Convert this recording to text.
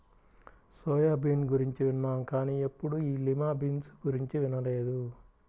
soya bean గురించి విన్నాం కానీ ఎప్పుడూ ఈ లిమా బీన్స్ గురించి వినలేదు